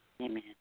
Amen